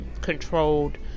controlled